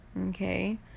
okay